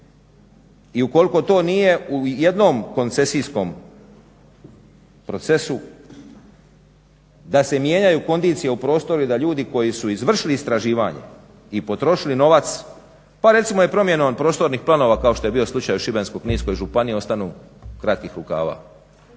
i ukoliko to nije u jednom koncesijskom procesu, da se mijenjaju kondicije u prostoru i da ljudi koji su izvršili istraživanje i potrošili novac, pa recimo i promjenom prostornih planova kao što je bio slučaj u Šibensko-kninskoj županiji ostanu kratkih rukava.